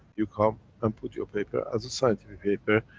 you come and put your paper, as a scientific paper,